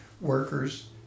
workers